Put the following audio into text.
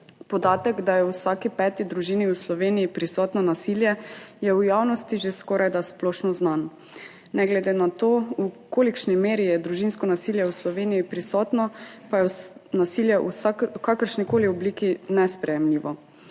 Podatek, da je v vsaki peti družini v Sloveniji prisotno nasilje, je v javnosti že skorajda splošno znan, ne glede na to, v kolikšni meri je družinsko nasilje v Sloveniji prisotno, pa je nasilje v kakršnikoli obliki nesprejemljivo.